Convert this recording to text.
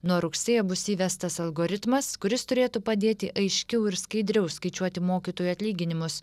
nuo rugsėjo bus įvestas algoritmas kuris turėtų padėti aiškiau ir skaidriau skaičiuoti mokytojų atlyginimus